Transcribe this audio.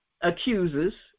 accuses